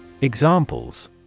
Examples